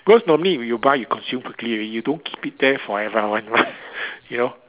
because normally if you buy you consume quickly already you don't keep it there forever you know